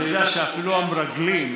אתה יודע שאפילו המרגלים,